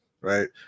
right